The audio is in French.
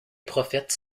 prophètes